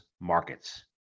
Markets